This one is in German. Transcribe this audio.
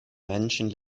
menschen